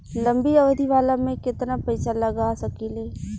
लंबी अवधि वाला में केतना पइसा लगा सकिले?